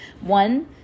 One